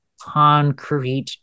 concrete